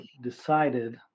decided